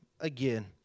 again